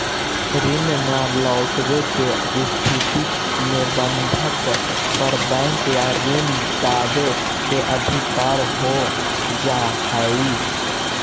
ऋण न लौटवे के स्थिति में बंधक पर बैंक या ऋण दावे के अधिकार हो जा हई